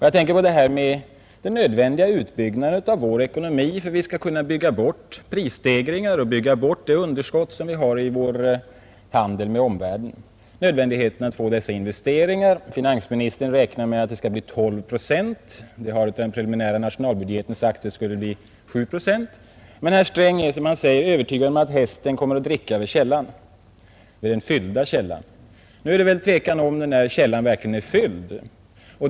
Jag tänker på den nödvändiga utbyggnaden av vår ekonomi, den som skall bygga bort prisstegringar och det underskott som vi har i vår handel med omvärlden, nödvändigheten att få investeringar. Finansministern räknar med att det skall bli en ökning i industriinvesteringarna med 12 procent. I den preliminära nationalbudgeten har sagts att det skulle bli 7 procent. Men herr Sträng är som man säger övertygad om att hästen kommer att dricka ur den fyllda källan. Nu råder det väl tvekan om huruvida den här källan verkligen är fylld.